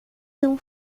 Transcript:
não